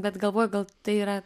bet galvoju gal tai yra